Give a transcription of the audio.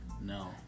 No